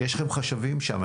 יש לכם חשבים שם,